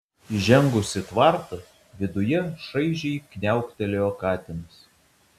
įžengus į tvartą viduje šaižiai kniauktelėjo katinas